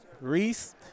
Reese